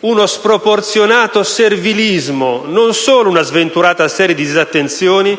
uno sproporzionato servilismo, non solo una sventurata serie di disattenzioni